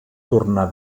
tornar